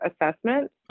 assessment